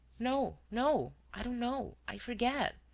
no. no. i don't know. i forget.